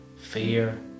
fear